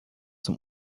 zum